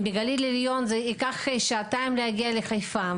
מהגליל העליון זה ייקח שעתיים להגיע לחיפה.